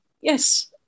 yes